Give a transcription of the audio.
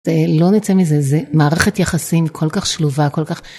לא נצא מזה זה מערכת יחסים כל כך שלובה כל כך.